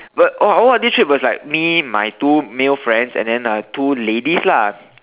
but our O_R_D trip was like me my two male friends and then uh two ladies lah